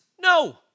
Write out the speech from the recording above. No